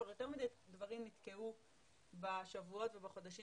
כבר יותר מדיי דברים נתקעו בשבועות ובחודשים